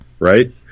right